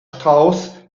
strauss